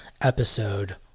episode